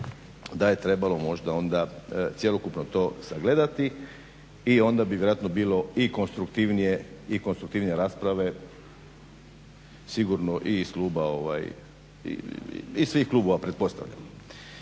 da je to možda onda cjelokupno to sagledati i onda bi vjerojatno bilo i konstruktivnije i konstruktivnije rasprave sigurno i iz klubova pretpostavljam.